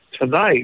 tonight